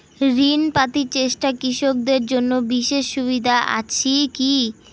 ঋণ পাতি চেষ্টা কৃষকদের জন্য বিশেষ সুবিধা আছি কি?